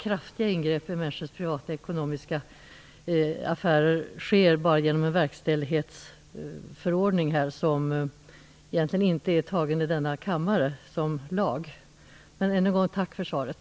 Kraftiga ingrepp i människors privatekonomiska affärer får inte ske bara genom en verkställighetsförordning, som egentligen inte är tagen i denna kammare, som lag. Än en gång: Tack för svaret!